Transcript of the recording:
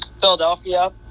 philadelphia